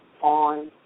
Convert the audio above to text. on